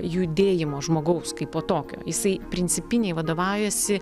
judėjimo žmogaus kaipo tokio jisai principiniai vadovaujasi